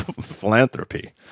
philanthropy